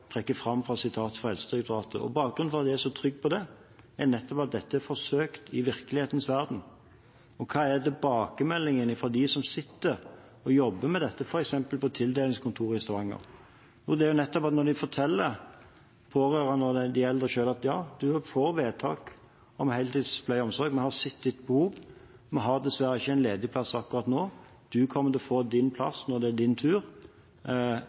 trekker fram gjennom sitatet fra Helsedirektoratet. Bakgrunnen for at jeg er så trygg på det, er nettopp at dette er forsøkt i virkelighetens verden. Og hva er tilbakemeldingen fra dem som sitter og jobber med dette, f.eks. på tildelingskontoret i Stavanger? Jo, det er at når de forteller de pårørende og de eldre selv at, ja, du får vedtak om heltidspleie og -omsorg, vi har sett ditt behov, men vi har dessverre ikke noen ledig plass akkurat nå, men du kommer til å få din plass når det er din tur,